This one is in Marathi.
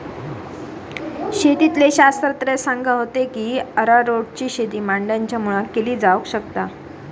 शेतीतले शास्त्रज्ञ सांगा होते की अरारोटची शेती माडांच्या मुळाक केली जावक शकता